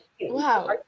Wow